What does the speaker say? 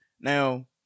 Now